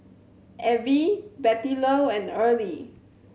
Avie Bettylou and Early